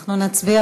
אנחנו נצביע,